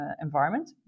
environment